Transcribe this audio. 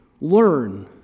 Learn